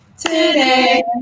today